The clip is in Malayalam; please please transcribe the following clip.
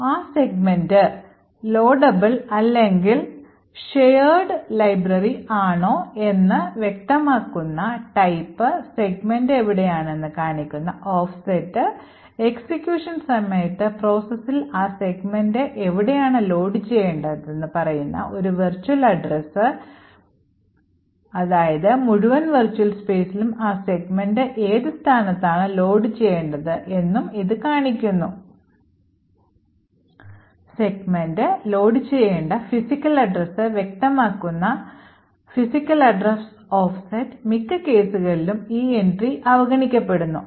ആ സെഗ്മെന്റ് loadable അല്ലെങ്കിൽ shared library ആണോ ആണോ എന്ന് എന്ന് വ്യക്തമാക്കുന്ന type സെഗ്മെന്റ് എവിടെയാണ് എന്ന് കാണിക്കുന്ന offset എക്സിക്യൂഷൻ സമയത്ത് പ്രോസസ്സിൽ ആ സെഗ്മെന്റ് എവിടെയാണ് ലോഡ് ചെയ്യേണ്ടതെന്ന് പറയുന്ന ഒരു virtual address മുഴുവൻ വെർച്വൽ സ്പേസിലും ആ സെഗ്മെന്റ് ഏത് സ്ഥാനത്താണ് ലോഡ് ചെയ്യേണ്ടത് എന്നും ഇത് കാണിക്കുന്നു സെഗ്മെന്റ് ലോഡുചെയ്യേണ്ട physical address വ്യക്തമാക്കുന്ന physical address offset മിക്ക കേസുകളിലും ഈ എൻട്രി അവഗണിക്കപ്പെടുന്നു